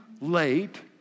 late